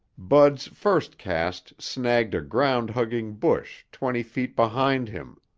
bud's first cast snagged a ground-hugging bush twenty feet behind him.